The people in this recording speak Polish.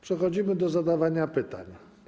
Przechodzimy do zadawania pytań.